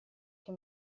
che